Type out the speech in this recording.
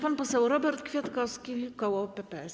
Pan poseł Robert Kwiatkowski, koło PPS.